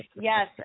yes